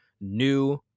new